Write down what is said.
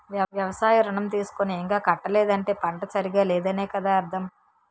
వ్యవసాయ ఋణం తీసుకుని ఇంకా కట్టలేదంటే పంట సరిగా లేదనే కదా అర్థం